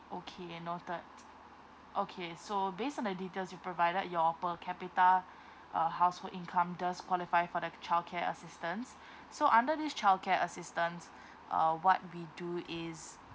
okay noted okay so based on the details you provided your per capita uh household income does qualify for the childcare assistance so under this childcare assistance uh what we do is